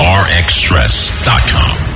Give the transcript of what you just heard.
rxstress.com